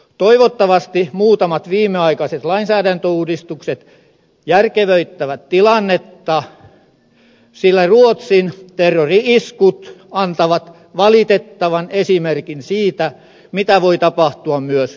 toivottavasti muutamat viimeaikaiset lainsäädäntöuudistukset järkevöittävät tilannetta sillä ruotsin terrori iskut antavat valitettavan esimerkin siitä mitä voi tapahtua myös pohjoismaissa